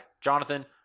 Jonathan